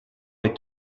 est